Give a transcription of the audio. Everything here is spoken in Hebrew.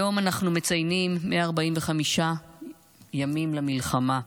היום אנחנו מציינים 145 ימים למלחמה.